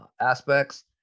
aspects